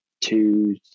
two